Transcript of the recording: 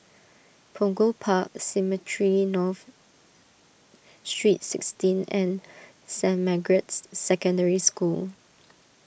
Punggol Park Cemetry North Street sixteen and Saint Margaret's Secondary School